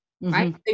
right